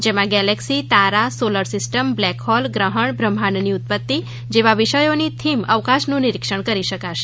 જેમાં ગેલેક્સી તારા solar system black hole ગ્રહણ બ્રહ્માંડની ઉત્પતિ જેવા વિષયોની થીમ અવકાશનું નિરીક્ષણ કરી શકાશે